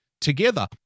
Together